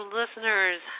listeners